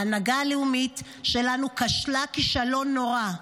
ההנהגה הלאומית שלנו כשלה כישלון נורא,